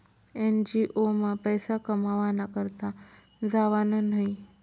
NGO मा पैसा कमावाना करता जावानं न्हयी